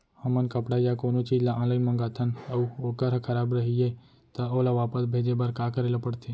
हमन कपड़ा या कोनो चीज ल ऑनलाइन मँगाथन अऊ वोकर ह खराब रहिये ता ओला वापस भेजे बर का करे ल पढ़थे?